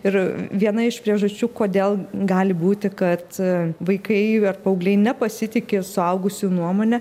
ir viena iš priežasčių kodėl gali būti kad vaikai ar paaugliai nepasitiki suaugusių nuomone